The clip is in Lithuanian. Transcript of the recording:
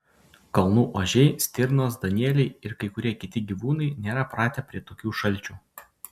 kalnų ožiai stirnos danieliai ir kai kurie kiti gyvūnai nėra pratę prie tokių šalčių